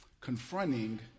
confronting